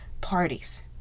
parties